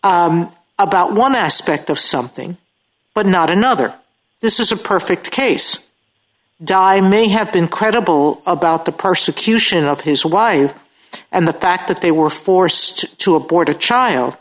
about one aspect of something but not another this is a perfect case di i may have been credible about the persecution of his wife and the fact that they were forced to abort a child